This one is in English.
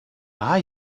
are